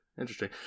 interesting